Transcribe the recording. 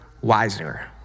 wiser